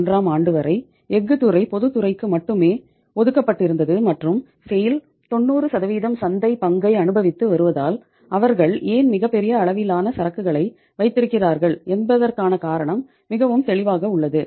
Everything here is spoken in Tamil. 1991 ஆம் ஆண்டு வரை எஃகு துறை பொதுத்துறைக்கு மட்டுமே ஒதுக்கப்பட்டிருந்தது மற்றும் செய்ல் 90 சந்தைப் பங்கை அனுபவித்து வருவதால் அவர்கள் ஏன் மிகப் பெரிய அளவிலான சரக்குகளை வைத்திருக்கிறார்கள் என்பதற்கான காரணம் மிகவும் தெளிவாக உள்ளது